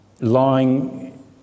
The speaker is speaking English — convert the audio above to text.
lying